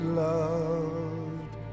loved